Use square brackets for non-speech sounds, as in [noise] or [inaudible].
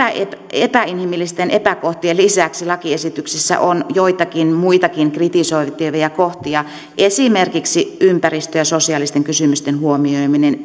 epäinhimillisten epäkohtien lisäksi lakiesityksessä on joitakin muitakin kritisoitavia kohtia esimerkiksi ympäristö ja sosiaalisten kysymysten huomioiminen [unintelligible]